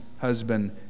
husband